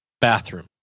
bathroom